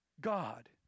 God